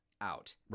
out